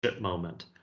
moment